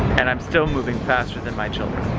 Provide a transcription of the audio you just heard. and i'm still moving faster than my children.